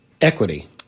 equity